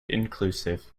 inclusive